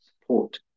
support